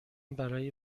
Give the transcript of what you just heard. برای